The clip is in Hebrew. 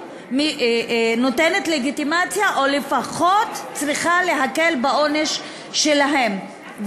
נותנת לגיטימציה או לפחות צריכה להקל את העונש שלהם.